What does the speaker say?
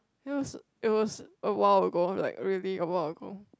it was it was a while ago like really a while ago